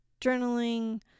Journaling